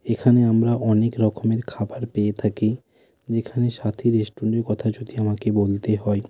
এখানে আমরা অনেক রকমের খাবার পেয়ে থাকি যেখানে সাথি রেস্টুরেন্টের কথা যদি আমাকে বলতে হয়